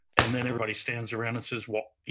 and then everybody stands around and says, well,